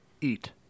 eat